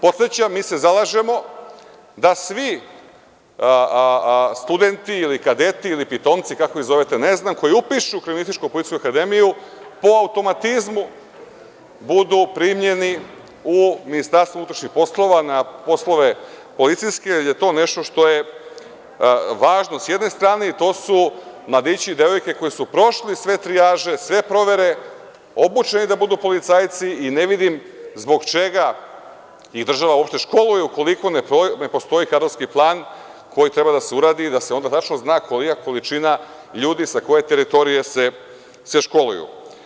Podsećam, mi se zalažemo da svi studenti, kadeti ili pitomci, kako ih vi zovete ne znam, koji upišu Kriminalističko policijsku akademiju, po automatizmu budu primljeni u MUP na poslove policijske jer je to nešto što je važno sa jedne strane i to su mladići i devojke koji su prošli sve trijaže, sve provere, obučeni da budu policajci i ne vidim zbog čega ih država školuje ukoliko ne postoji kadrovski plan koji treba da se uradi i da se onda tačno zna koja količina sa koje teritorije se školuje.